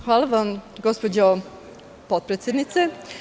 Hvala vam, gospođo potpredsednice.